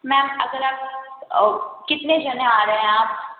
ma'am अगर आप कितने जने आ रहे हैं आप